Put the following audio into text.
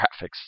graphics